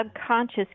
subconscious